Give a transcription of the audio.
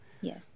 Yes